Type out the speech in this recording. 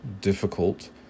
difficult